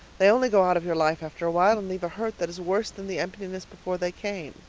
they only go out of your life after awhile and leave a hurt that is worse than the emptiness before they came.